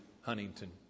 Huntington